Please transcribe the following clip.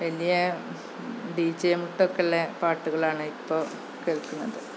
വലിയ D J മുട്ടൊക്കെയുള്ള പാട്ടുകളാണ് ഇപ്പോള് കേള്ക്കുന്നത്